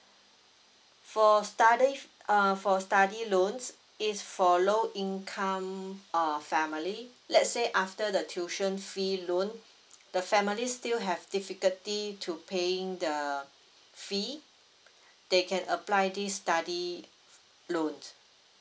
for study err for study loans is for low income err family let's say after the tuition fee loan the family still have difficulty to paying the fee they can apply this study loan